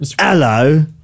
Hello